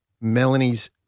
Melanie's